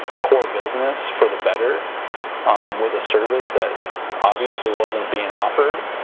core business for the better with a service that obviously wasn't being offered